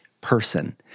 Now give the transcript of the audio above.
person